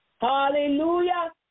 Hallelujah